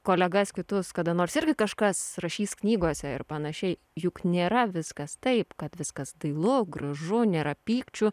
kolegas kitus kada nors irgi kažkas rašys knygose ir panašiai juk nėra viskas taip kad viskas dailu gražu nėra pykčių